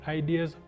ideas